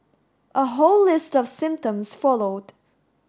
a whole list of symptoms followed